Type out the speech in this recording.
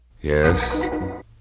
Yes